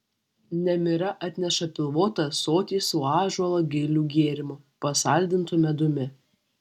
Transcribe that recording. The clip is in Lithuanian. nemira atneša pilvotą ąsotį su ąžuolo gilių gėrimu pasaldintu medumi